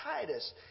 Titus